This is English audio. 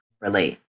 relate